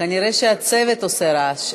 כנראה הצוות עושה רעש.